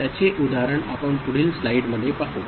त्याचे उदाहरण आपण पुढील स्लाइडमध्ये पाहू